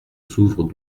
s’ouvre